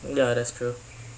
ya that's true